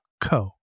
co